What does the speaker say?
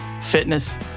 fitness